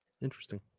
Interesting